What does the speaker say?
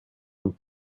und